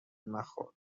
مخور